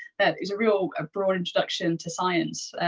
that is a real ah broad introduction to science.